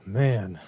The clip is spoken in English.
man